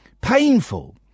painful